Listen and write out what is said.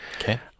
Okay